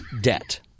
debt